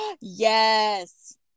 Yes